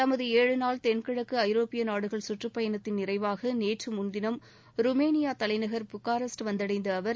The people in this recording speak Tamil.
தமது ஏழு நாள் தென் கிழக்கு ஐரோப்பிய நாடுகள் சுற்றுப்பயணத்தின் நிறைவாக நேற்று முன்தினம் ருமேனியா தலைநகர் புக்காரெஸ்ட் வந்தடைந்த அவர்